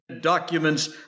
documents